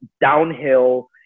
Downhill